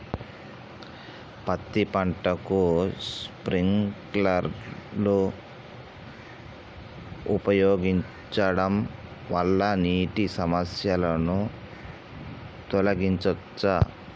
పత్తి పంటకు స్ప్రింక్లర్లు ఉపయోగించడం వల్ల నీటి సమస్యను తొలగించవచ్చా?